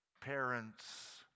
Parents